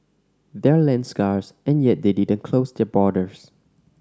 they're land scarce and yet they didn't close their borders